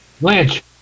Lynch